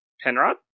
Penrod